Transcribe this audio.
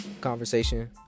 conversation